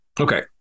Okay